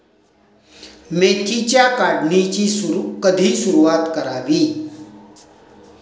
मेथीच्या काढणीची कधी सुरूवात करावी?